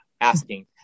asking